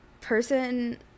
person